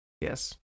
yes